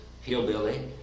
hillbilly